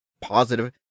positive